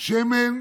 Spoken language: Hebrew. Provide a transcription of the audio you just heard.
שמן